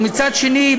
ומצד שני,